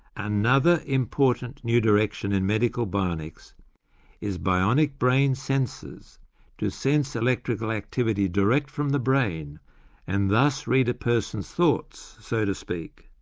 another important new direction in medical bionics is bionic brain sensors to sense electrical activity direct from the brain and thus read a person's thoughts so to speak.